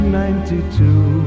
ninety-two